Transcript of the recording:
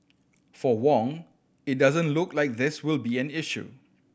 for Wong it doesn't look like this will be an issue